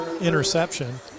interception